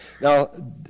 Now